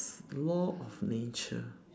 law of nature